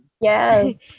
Yes